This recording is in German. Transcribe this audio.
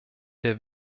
der